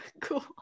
Cool